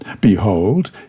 Behold